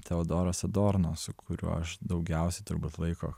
teodoras adorno su kuriuo aš daugiausiai turbūt laiko